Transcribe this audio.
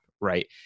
right